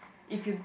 if you